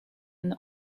and